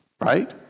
Right